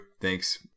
thanks